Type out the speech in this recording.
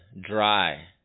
dry